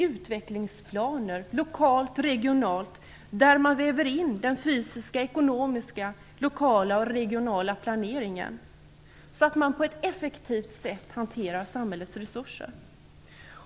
Utvecklingsplaner krävs där fysisk, ekonomisk, lokal och regional planering vävs samman så att man effektivt hanterar samhällets resurser.